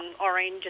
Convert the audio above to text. orange